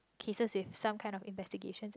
cases with some kind of investigations